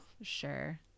Sure